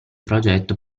progetto